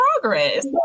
progress